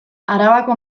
arabako